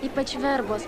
ypač verbos